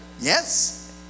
Yes